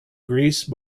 greece